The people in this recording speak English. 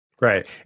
Right